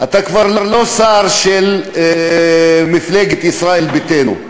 אתה כבר לא שר של מפלגת ישראל ביתנו,